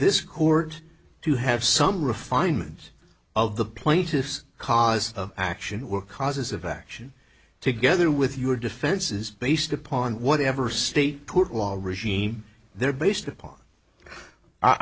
this court to have some refinement of the plaintiff's cause of action or causes of action together with your defenses based upon whatever state law regime they're based upon